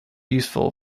useful